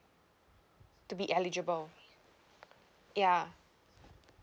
to be eligible ya